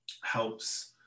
helps